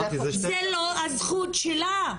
זה לא הזכות שלה.